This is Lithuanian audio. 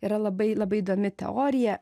yra labai labai įdomi teorija